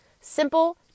Simple